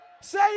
Say